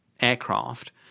aircraft